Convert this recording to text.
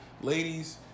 ladies